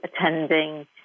attending